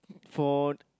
for